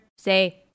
say